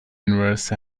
universe